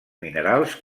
minerals